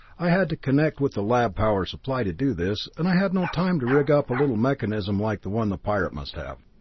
i had to connect with the lab power supply to do this, and i had no time to rig up a little mechanism like the one the pirate must have.